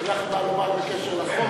אין לך מה לומר בקשר לחוק?